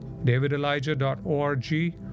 davidelijah.org